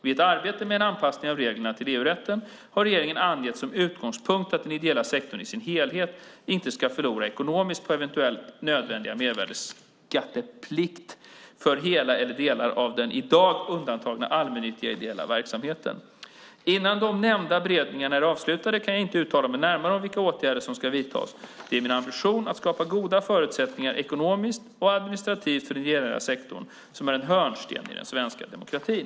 Vid ett arbete med en anpassning av reglerna till EU-rätten har regeringen angett som utgångspunkt att den ideella sektorn i sin helhet inte ska förlora ekonomiskt på eventuellt nödvändig mervärdesskatteplikt för hela eller delar av den i dag undantagna allmännyttiga ideella verksamheten. Innan de nämnda beredningarna är avslutade kan jag inte uttala mig närmare om vilka åtgärder som ska vidtas, men det är min ambition att skapa goda förutsättningar, ekonomiskt och administrativt, för den ideella sektorn som är en viktig hörnsten i den svenska demokratin.